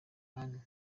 anne